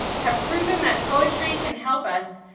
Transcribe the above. have proven that poetry can help us,